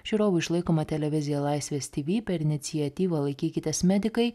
žiūrovų išlaikoma televizija laisvės tv per iniciatyvą laikykitės medikai